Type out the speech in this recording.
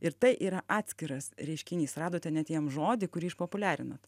ir tai yra atskiras reiškinys radote net jam žodį kurį išpopuliarinot